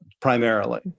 primarily